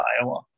Iowa